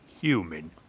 human